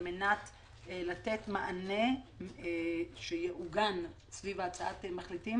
על מנת לתת מענה שיעוגן סביב הצעת המחליטים